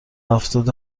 هفتاد